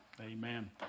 amen